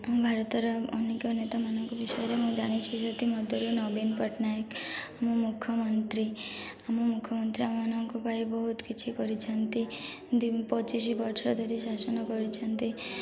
ଆମ ଭାରତର ଅନେକ ନେତାମାନଙ୍କ ବିଷୟରେ ମୁଁ ଜାଣିଛି ସେଥିମଧ୍ୟରୁ ନବୀନ ପଟ୍ଟନାୟକ ମୋ ମୁଖ୍ୟମନ୍ତ୍ରୀ ଆମ ମୁଖ୍ୟମନ୍ତ୍ରୀ ଆମମାନଙ୍କ ପାଇଁ ବହୁତ କିଛି କରିଛନ୍ତି ପଚିଶ ବର୍ଷ ଧରି ଶାସନ କରିଛନ୍ତି